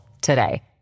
today